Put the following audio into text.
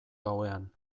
gauean